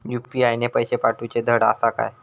UPI ने पैशे पाठवूचे धड आसा काय?